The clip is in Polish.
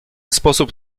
sposób